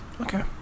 okay